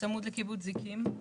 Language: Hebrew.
שצמוד לקיבוץ זיקים.